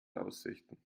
aussichten